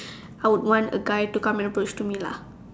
I would want a guy to come and approach to me lah